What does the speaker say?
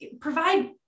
provide